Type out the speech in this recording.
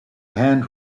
hand